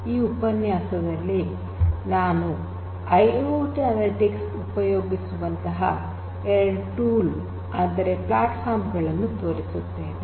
ಈ ಉಪನ್ಯಾಸದಲ್ಲಿ ನಾನು ಐಐಓಟಿ ಅನಲಿಟಿಕ್ಸ್ ಉಪಯೋಗಿಸುವಂತಹ ಎರಡು ಟೂಲ್ ಅಂದರೆ ಪ್ಲಾಟ್ಫಾರ್ಮ್ ಗಳನ್ನು ತೋರಿಸುತ್ತೇನೆ